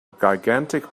gigantic